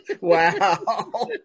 Wow